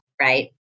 right